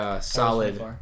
solid